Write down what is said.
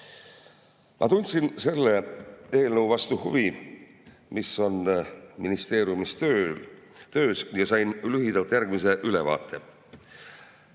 tundsin huvi selle eelnõu vastu, mis on ministeeriumis töös, ja sain lühidalt järgmise ülevaate.